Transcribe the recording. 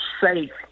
safe